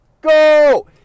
go